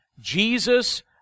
Jesus